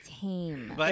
tame